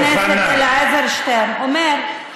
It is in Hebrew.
לשמוע את חבר הכנסת אלעזר שטרן אומר: